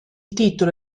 titolo